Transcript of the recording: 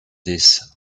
this